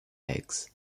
eggs